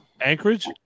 Anchorage